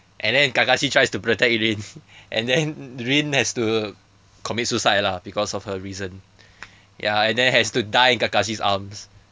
and then kakashi tries to protect rin and then rin has to commit suicide lah because of her reason ya and then has to die in kakashi's arms